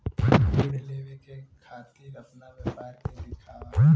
ऋण लेवे के खातिर अपना व्यापार के दिखावा?